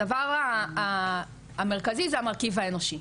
הדבר המרכזי זה המרכיב האנושי,